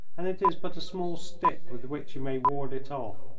and it is but a small stick with which you may ward it off.